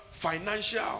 financial